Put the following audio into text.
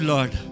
Lord